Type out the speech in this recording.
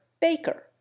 baker